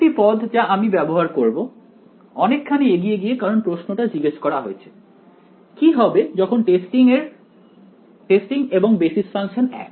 আরেকটি পদ যা আমি ব্যবহার করবো অনেকখানি এগিয়ে গিয়ে কারণ প্রশ্নটা জিজ্ঞেস করা হয়েছে কি হবে যখন টেস্টিং এবং বেসিস ফাংশন এক